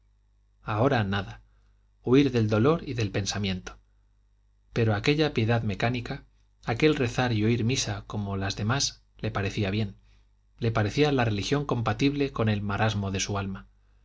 ahora nada huir del dolor y del pensamiento pero aquella piedad mecánica aquel rezar y oír misa como las demás le parecía bien le parecía la religión compatible con el marasmo de su alma